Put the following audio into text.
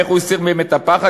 ואיך הוא הסיר מהם את הפחד?